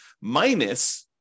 minus